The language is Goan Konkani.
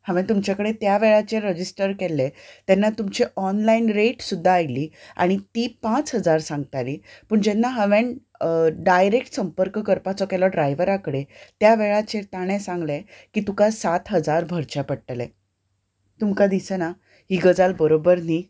हांवें तुमचे कडेन त्या वेळाचेर रजिस्ट्रर केल्लें तेन्ना तुमचे ऑनलायन रेट सुद्दां आयली आनी ती पांच हजार सांगताली पूण जेन्ना हांवें डायरेक्ट संपर्क करपाचो केलो ड्रायव्हरा कडेन त्या वेळाचेर ताणें सांगलें की तुका सात हजार भरचे पडटले तुमकां दिसना ही गजाल बरोबर न्ही